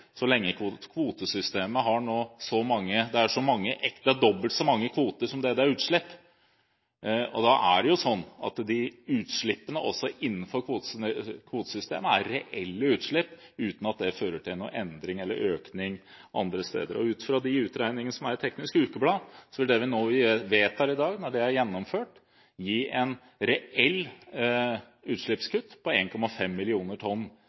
så mange kvoter som det er utslipp. Da er det jo sånn at de utslippene også innenfor kvotesystemet er reelle utslipp, uten at det fører til noen endring eller økning andre steder. Ut fra de utredningene som er i Teknisk Ukeblad, vil det vi nå vedtar i dag, når det er gjennomført, gi et reelt utslippskutt på 1,5 millioner tonn